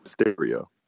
stereo